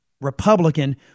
Republican